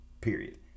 period